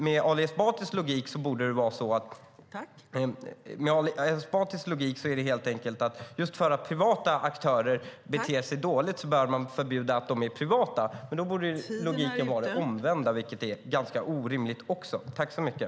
Med Ali Esbatis logik är det så att om privata aktörer beter sig dåligt bör man förbjuda dem just därför att de är privata. Då borde logiken vara även den omvända, vilket är ganska orimligt.